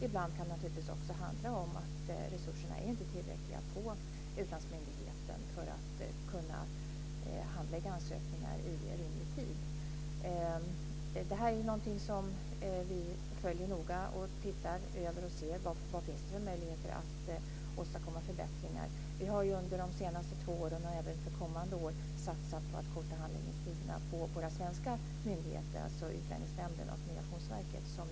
Ibland kan det handla om att resurserna på utlandsmyndigheten inte är tillräckliga för att man ska kunna handlägga ansökningar i rimlig tid. Det här är något som vi följer noga för att se vilka möjligheter det finns att åstadkomma förbättringar. Vi har under de senaste två åren, och även för kommande år, satsat på att korta handläggningstiderna på våra svenska myndigheter, alltså Utlänningsnämnden och Migrationsverket.